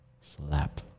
Slap